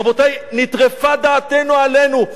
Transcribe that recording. רבותי, נטרפה דעתנו עלינו.